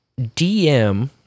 DM